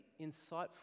insightful